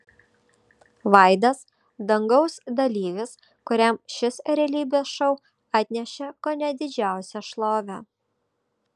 vaidas dangaus dalyvis kuriam šis realybės šou atnešė kone didžiausią šlovę